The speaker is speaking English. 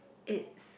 it's